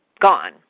gone